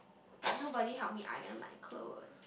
but nobody help me iron my clothes